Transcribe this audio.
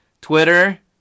Twitter